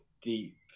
deep